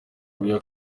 uyu